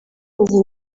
ubu